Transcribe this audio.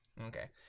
okay